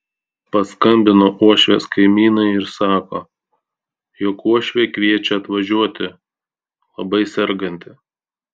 paskambino uošvės kaimynai ir sako jog uošvė kviečia atvažiuoti labai serganti